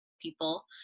people